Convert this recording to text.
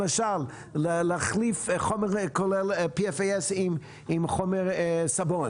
למשל: להחליף חומר כולל PFAS עם חומר סבון